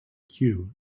queue